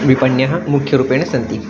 विपण्यः मुख्यरूपेण सन्ति